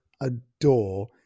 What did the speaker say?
adore